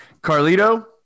carlito